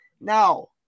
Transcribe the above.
Now